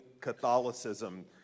catholicism